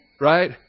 Right